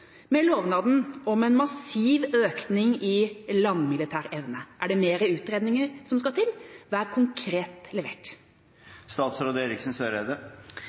med lovnaden om en massiv økning i landmilitær evne? Er det flere utredninger som skal til? Hva er konkret levert?